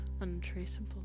untraceable